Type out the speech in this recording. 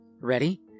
Ready